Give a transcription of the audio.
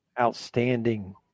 outstanding